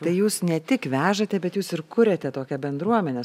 tai jūs ne tik vežate bet jūs ir kuriate tokią bendruomenę